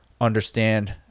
understand